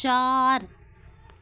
चार